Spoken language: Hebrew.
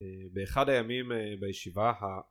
באחד הימים בישיבה